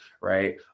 right